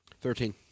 Thirteen